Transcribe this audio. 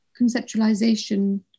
conceptualization